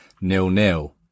nil-nil